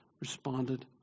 responded